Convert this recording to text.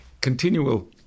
continual—